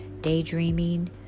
daydreaming